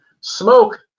smoke